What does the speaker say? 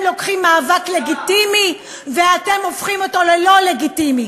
אתם לוקחים מאבק לגיטימי ואתם הופכים אותו ללא-לגיטימי.